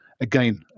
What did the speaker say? Again